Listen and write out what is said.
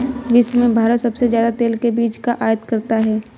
विश्व में भारत सबसे ज्यादा तेल के बीज का आयत करता है